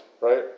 right